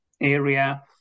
area